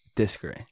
disagree